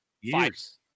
years